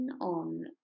on